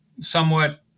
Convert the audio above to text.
somewhat